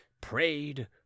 prayed